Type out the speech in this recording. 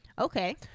Okay